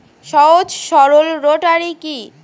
সহজ সরল রোটারি কি?